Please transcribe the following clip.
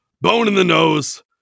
bone-in-the-nose